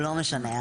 לא משנה.